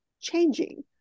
changing